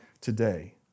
today